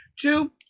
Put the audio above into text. Two